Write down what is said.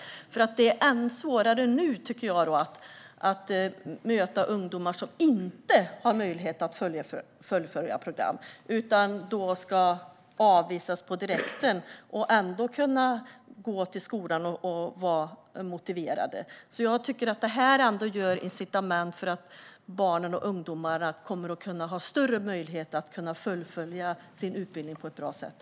Jag menar att det är ännu svårare att möta ungdomar som inte har möjlighet att fullfölja ett program för att de ska avvisas men ändå ska gå till skolan och vara motiverade. Regeringens förslag ger barn och ungdomar större möjlighet att fullfölja sin utbildning på ett bra sätt.